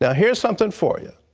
yeah here is something for you,